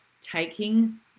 taking